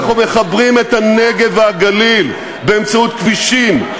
אנחנו מחברים את הנגב והגליל באמצעות כבישים,